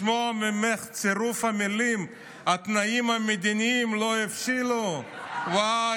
לשמוע ממך את צירוף המילים "התנאים המדיניים לא הבשילו" וואו,